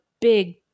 big